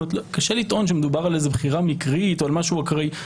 קשה לטעון שמדובר על איזו בחירה מקרית או על משהו אקראי,